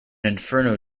inferno